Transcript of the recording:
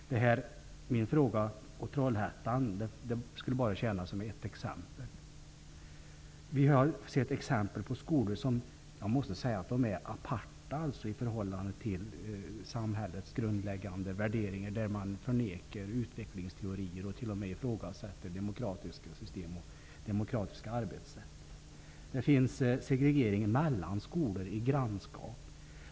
Trollhättan, som jag har tagit upp i min fråga, tjänar bara såsom ett exempel. Det finns exempel på skolor som jag måste säga är aparta i förhållande till samhällets grundläggande värderingar och som förnekar utvecklingsteorier och t.o.m. ifrågasätter demokratiska system och arbetssätt. Det finns segregering mellan skolor i grannskap.